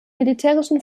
militärischen